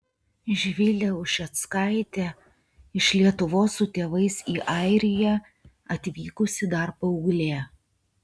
živilė ušeckaitė iš lietuvos su tėvais į airiją atvykusi dar paauglė